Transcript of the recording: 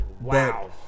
wow